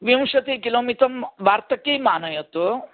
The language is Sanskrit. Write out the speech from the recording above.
विंशति किलो मितं वार्तकिम् आनयतु